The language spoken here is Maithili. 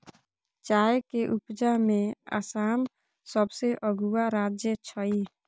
चाय के उपजा में आसाम सबसे अगुआ राज्य छइ